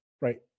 Right